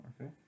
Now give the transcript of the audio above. Okay